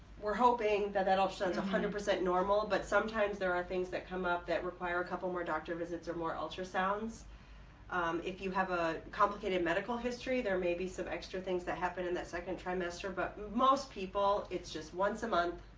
we're hoping that that all shows one hundred percent normal but sometimes there are things that come up that require a couple more doctor visits or more ultrasounds if you have a complicated medical history there may be some extra things that happen in that second trimester but most people it's just once a month